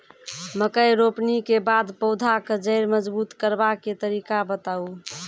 मकय रोपनी के बाद पौधाक जैर मजबूत करबा के तरीका बताऊ?